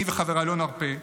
אני וחבריי לא נרפה.